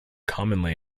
commonly